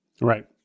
Right